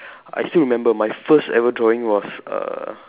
I still remember my first ever drawing was uh